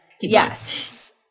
Yes